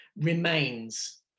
remains